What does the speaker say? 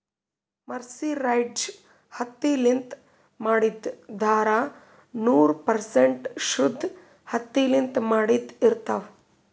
mercerized ಹತ್ತಿಲಿಂತ್ ಮಾಡಿದ್ದ್ ಧಾರಾ ನೂರ್ ಪರ್ಸೆಂಟ್ ಶುದ್ದ್ ಹತ್ತಿಲಿಂತ್ ಮಾಡಿದ್ದ್ ಇರ್ತಾವ್